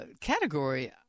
category